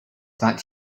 that